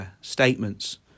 statements